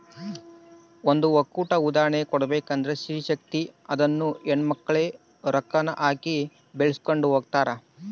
ಸಾಲ ಒಕ್ಕೂಟದ ಉದಾಹರ್ಣೆ ಕೊಡ್ಬಕಂದ್ರ ಸ್ತ್ರೀ ಶಕ್ತಿ ಅದುನ್ನ ಹೆಣ್ಮಕ್ಳೇ ರೊಕ್ಕಾನ ಹಾಕಿ ಬೆಳಿಸ್ಕೊಂಡು ಹೊಗ್ತಾರ